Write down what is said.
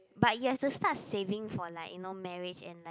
but he has to start saving for like you know marriage and like